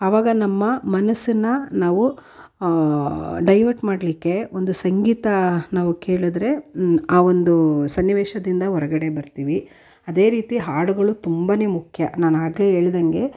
ಆವಾಗ ನಮ್ಮ ಮನಸ್ಸನ್ನು ನಾವು ಡೈವರ್ಟ್ ಮಾಡಲಿಕ್ಕೆ ಒಂದು ಸಂಗೀತ ನಾವು ಕೇಳಿದ್ರೆ ಆ ಒಂದು ಸನ್ನಿವೇಶದಿಂದ ಹೊರಗಡೆ ಬರ್ತೀವಿ ಅದೇ ರೀತಿ ಹಾಡುಗಳು ತುಂಬಾ ಮುಖ್ಯ ನಾನು ಆಗಲೇ ಹೇಳ್ದಂಗೆ